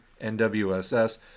NWSS